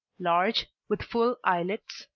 large, with full eyelids,